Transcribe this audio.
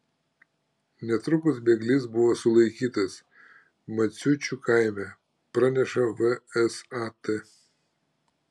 netrukus bėglys buvo sulaikytas maciučių kaime praneša vsat